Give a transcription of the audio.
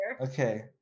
Okay